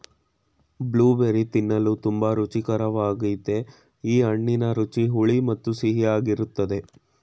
blueberry ತಿನ್ನಲು ತುಂಬಾ ರುಚಿಕರ್ವಾಗಯ್ತೆ ಈ ಹಣ್ಣಿನ ರುಚಿ ಹುಳಿ ಮತ್ತು ಸಿಹಿಯಾಗಿರ್ತದೆ